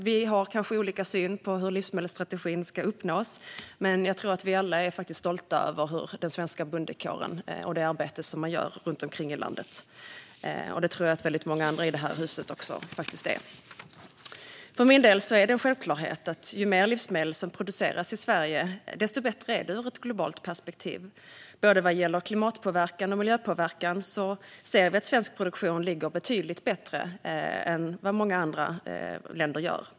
Vi har kanske olika syn på hur livsmedelsstrategin ska uppnås, men jag tror att vi alla är stolta över den svenska bondekåren och det arbete som man gör runt omkring i landet. Det tror jag att många andra i detta hus är också. För min del är det en självklarhet att ju mer livsmedel som produceras i Sverige, desto bättre är det ur ett globalt perspektiv. Både vad gäller klimatpåverkan och vad gäller miljöpåverkan ser vi att svensk produktion ligger betydligt bättre till än produktionen i många andra länder.